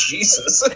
Jesus